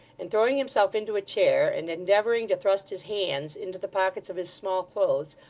and throwing himself into a chair, and endeavouring to thrust his hands into the pockets of his small-clothes,